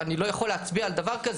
הוא לא יכול להצביע על דבר כזה.